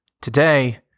today